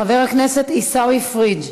חבר הכנסת עיסאווי פריג'